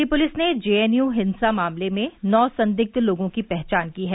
Delhi police ने JNU हिंसा मामले में नौ संदिग्ध लोगों की पहचान की है